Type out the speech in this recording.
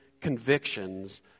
convictions